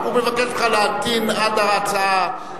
הוא מבקש ממך להמתין עד ההצעה,